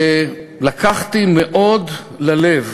לקחתי מאוד ללב